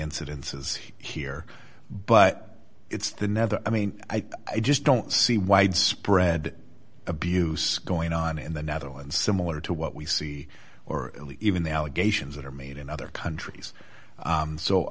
incidences here but it's the never i mean i just don't see widespread abuse going on in the netherlands similar to what we see or even the allegations that are made in other countries